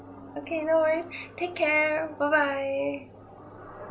okay no worries take care bye bye